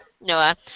Noah